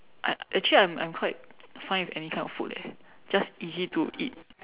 I actually I'm I'm quite fine with any kind of food leh just easy to eat